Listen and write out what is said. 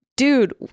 Dude